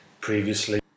previously